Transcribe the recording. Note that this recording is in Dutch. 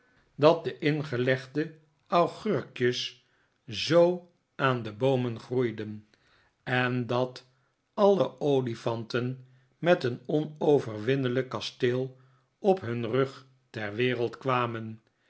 dat de ingelegde augurkjes martin krijgt eenopdracht zoo aan de boomen groeiden en dat alle olifanten met een onoverwinnelijk kasteel op hun rug ter wereld kwamen